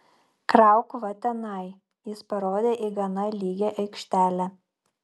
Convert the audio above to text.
krauk va tenai jis parodė į gana lygią aikštelę